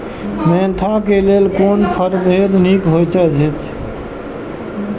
Mentha क लेल कोन परभेद निक होयत अछि?